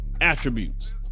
attributes